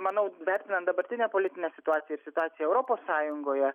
manau vertinant dabartinę politinę situaciją ir situaciją europos sąjungoje